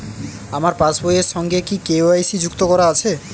আমার পাসবই এর সঙ্গে কি কে.ওয়াই.সি যুক্ত করা আছে?